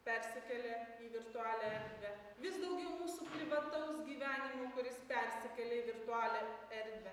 persikėlė į virtualią erdvę vis daugiau mūsų privataus gyvenimo kuris persikelia į virtualią erdvę